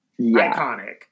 iconic